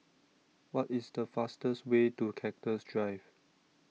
What IS The fastest Way to Cactus Drive